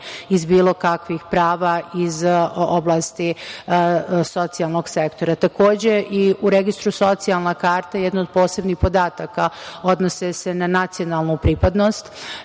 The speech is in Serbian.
iz bilo kakvih prava iz oblasti socijalnog sektora. Takođe i u Registru socijalna karta jedna od posebnih podataka odnose se na nacionalnu pripadnost